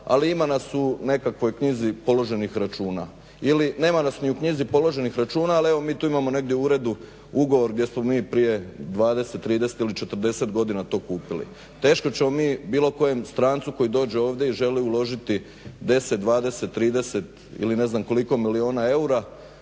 ali ima nas u nekakvoj knjizi položenih računa. Ili nema nas ni u knjizi položenih računa, ali evo mi tu imamo negdje u uredu ugovor gdje smo mi prije 20, 30 ili 40 godina to kupili. Teško ćemo mi bilo kojem strancu koji dođe ovdje i želi uložiti 10, 20, 30 ili ne znam koliko milijuna eura,